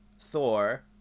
Thor